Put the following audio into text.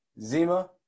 zima